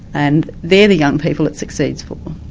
and they're the young people it succeeds for.